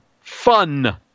fun